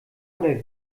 oder